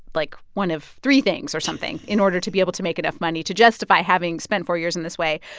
like, one of three things or something in order to be able to make enough money to justify having spent four years in this way.